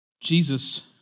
Jesus